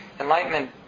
Enlightenment